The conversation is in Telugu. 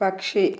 పక్షి